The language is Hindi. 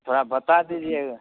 थोड़ा बता दीजिएगा